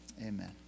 Amen